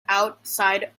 outside